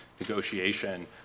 negotiation